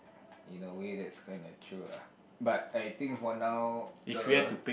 in a way that's kind of true lah but I think for now the